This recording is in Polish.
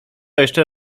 jeszcze